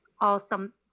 Awesome